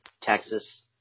Texas